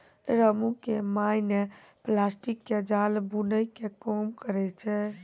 रामू के माय नॅ प्लास्टिक के जाल बूनै के काम करै छै